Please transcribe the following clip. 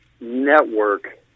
network